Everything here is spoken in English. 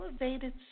elevated